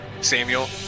Samuel